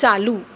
चालू